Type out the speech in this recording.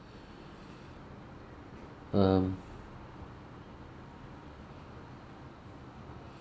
um